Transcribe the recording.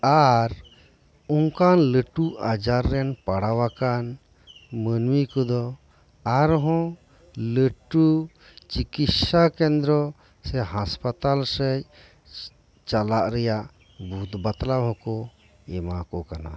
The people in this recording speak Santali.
ᱟᱨ ᱚᱱᱠᱟᱱ ᱞᱟᱹᱴᱩ ᱟᱡᱟᱨ ᱨᱮᱱ ᱯᱟᱲᱟᱣ ᱟᱠᱟᱱ ᱢᱟᱹᱱᱢᱤ ᱠᱚᱫᱚ ᱟᱨᱦᱚᱸ ᱞᱟᱹᱴᱩ ᱪᱤᱠᱤᱥᱥᱟ ᱠᱮᱱᱫᱽᱨᱚ ᱥᱮ ᱦᱟᱸᱥᱯᱟᱛᱟᱞ ᱥᱮᱫ ᱪᱟᱞᱟᱜ ᱨᱮᱭᱟᱜ ᱵᱩᱫᱽ ᱵᱟᱛᱞᱟᱣ ᱦᱚᱸᱠᱚ ᱮᱢᱟ ᱠᱚ ᱠᱟᱱᱟ